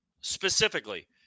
specifically